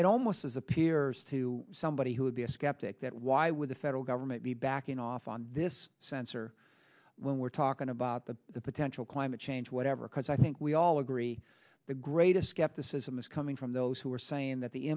it almost has appears to somebody who would be a skeptic that why would the federal government be backing off on this sensor when we're talking about the potential climate change whatever cause i think we all agree the greatest skepticism is coming from those who are saying that the